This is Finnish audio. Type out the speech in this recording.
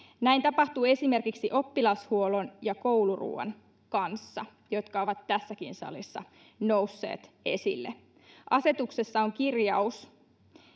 näin tapahtuu esimerkiksi oppilashuollon ja kouluruoan kanssa jotka ovat tässäkin salissa nousseet esille asetuksessa on kirjaus